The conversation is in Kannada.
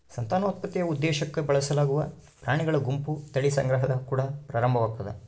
ಸಂತಾನೋತ್ಪತ್ತಿಯ ಉದ್ದೇಶುಕ್ಕ ಬಳಸಲಾಗುವ ಪ್ರಾಣಿಗಳ ಗುಂಪು ತಳಿ ಸಂಗ್ರಹದ ಕುಡ ಪ್ರಾರಂಭವಾಗ್ತತೆ